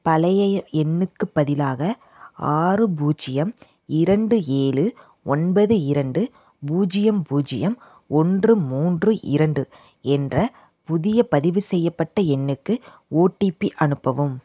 பழைய எண்ணுக்குப் பதிலாக ஆறு பூஜ்யம் இரண்டு ஏழு ஒன்பது இரண்டு பூஜ்யம் பூஜ்யம் ஒன்று மூன்று இரண்டு என்ற புதிய பதிவு செய்யப்பட்ட எண்ணுக்கு ஓடிபி அனுப்பவும்